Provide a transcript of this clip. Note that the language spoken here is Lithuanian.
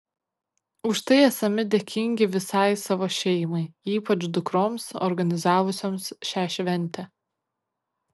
už tai esami dėkingi visai savo šeimai ypač dukroms organizavusioms šią šventę